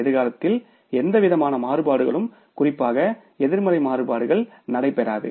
எதிர்காலத்தில் எந்தவிதமான மாறுபாடுகளும் குறிப்பாக எதிர்மறை மாறுபாடுகள் நடைபெறாது